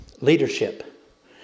Leadership